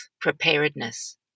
preparedness